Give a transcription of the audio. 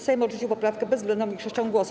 Sejm odrzucił poprawkę bezwzględną większością głosów.